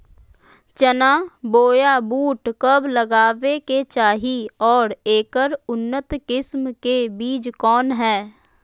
चना बोया बुट कब लगावे के चाही और ऐकर उन्नत किस्म के बिज कौन है?